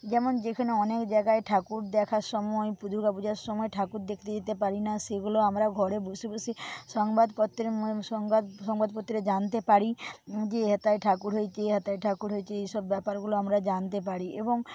যেমন যেখানে অনেক জায়গায় ঠাকুর দেখার সময় দুর্গাপুজোর সময় ঠাকুর দেখতে যেতে পারি না সেগুলো আমরা ঘরে বসে বসে সংবাদপত্রের সংবাদ সংবাদপত্রে জানতে পারি যে হেথায় ঠাকুর হয়েছে হেথায় ঠাকুর হয়েছে এইসব ব্যাপারগুলো আমরা জানতে পারি এবং